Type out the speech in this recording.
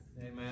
Amen